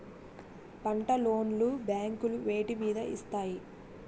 పంట లోన్ లు బ్యాంకులు వేటి మీద ఇస్తాయి?